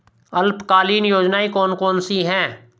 अल्पकालीन योजनाएं कौन कौन सी हैं?